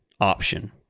option